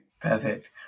Perfect